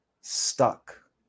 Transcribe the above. stuck